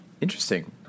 Interesting